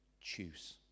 choose